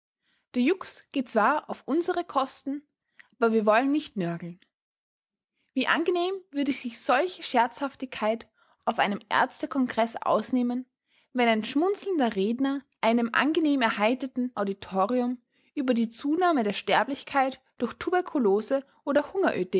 der jux geht zwar auf unsere kosten aber wir wollen nicht nörgeln wie angenehm würde sich solche scherzhaftigkeit auf einem ärztekongreß ausnehmen wenn ein schmunzelnder redner einem angenehm erheiterten auditorium über die zunahme der sterblichkeit durch tuberkulose oder